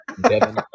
Devin